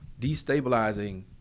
destabilizing